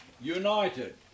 united